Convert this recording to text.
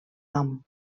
nom